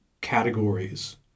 categories